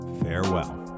Farewell